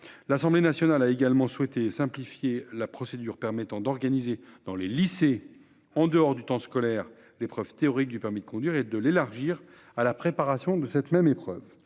L'Assemblée nationale a également souhaité simplifier la procédure permettant d'organiser dans les lycées, en dehors du temps scolaire, l'épreuve théorique du permis de conduire, et l'élargir à la préparation de cette même épreuve.